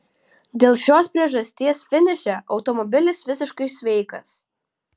dėl šios priežasties finiše automobilis visiškai sveikas